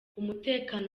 umutekano